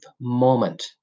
moment